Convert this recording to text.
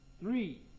Three